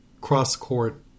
cross-court